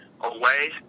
away